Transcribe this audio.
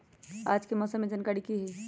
आज के मौसम के जानकारी कि हई?